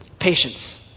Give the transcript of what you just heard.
Patience